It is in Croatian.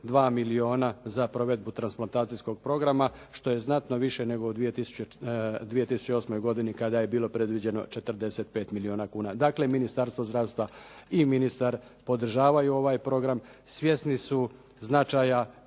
82 milijuna za provedbu transplantacijskog programa što je znatno više nego u 2008. godini kada je bilo predviđeno 45 milijuna kuna. Dakle, Ministarstvo zdravstva i ministar podržavaju ovaj program, svjesni su značaja